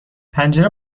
پنجره